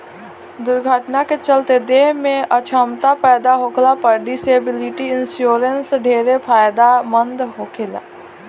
दुर्घटना के चलते देह में अछमता पैदा होखला पर डिसेबिलिटी इंश्योरेंस ढेरे फायदेमंद होखेला